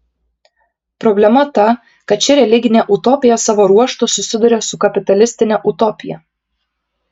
problema ta kad ši religinė utopija savo ruožtu susiduria su kapitalistine utopija